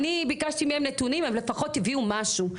אני ביקשתי מהם נתונים, הם לפחות הביאו משהו.